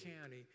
County